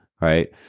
right